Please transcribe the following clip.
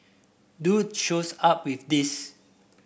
dude shows up with this